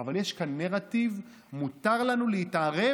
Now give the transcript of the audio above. אבל יש כאן נרטיב: מותר לנו להתערב